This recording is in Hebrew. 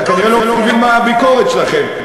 אתה כנראה לא מבין מה הביקורת שלכם.